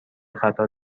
خطا